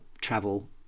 travel